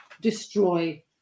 destroy